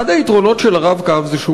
אחד היתרונות של ה"רב-קו" זה שהוא